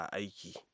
aiki